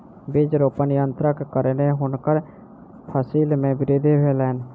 बीज रोपण यन्त्रक कारणेँ हुनकर फसिल मे वृद्धि भेलैन